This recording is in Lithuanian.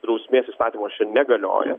drausmės įstatymas čia negalioja